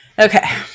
Okay